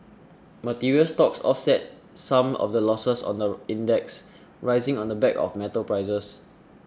materials stocks offset some of the losses on the index rising on the back of metals prices